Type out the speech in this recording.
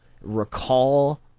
recall